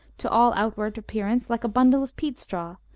to all outward appearance like a bundle of peat-straw,